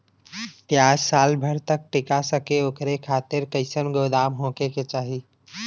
प्याज साल भर तक टीका सके ओकरे खातीर कइसन गोदाम होके के चाही?